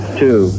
two